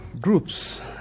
groups